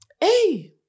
Hey